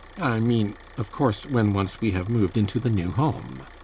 i mean, of course when once we have moved into the new home.